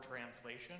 translation